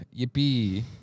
yippee